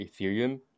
Ethereum